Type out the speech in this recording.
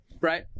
right